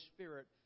Spirit